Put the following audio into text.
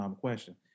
question